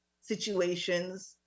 situations